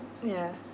ya